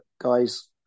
guys